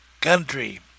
country